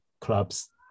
clubs